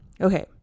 Okay